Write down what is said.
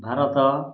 Bharat